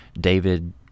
David